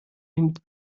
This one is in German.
nehmt